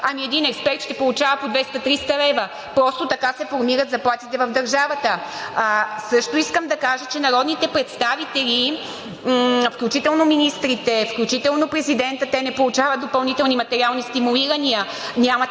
Ами един експерт ще получава по 200 – 300 лв. Просто така се формират заплатите в държавата. Също искам да кажа, че народните представители, включително министрите, включително президентът, те не получават допълнителни материални стимулирания, нямат